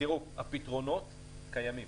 תראו, הפתרונות קיימים.